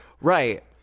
Right